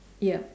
ya